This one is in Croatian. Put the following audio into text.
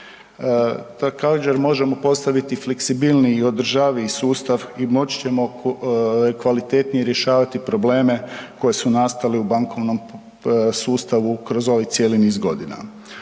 Također možemo postavit i fleksibilniji i održaviji sustav i moći ćemo kvalitetnije rješavati probleme koji su nastali u bankovnom sustavu kroz ovaj cijeli niz godina.